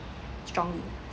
strongly